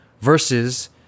versus